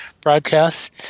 broadcast